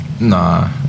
Nah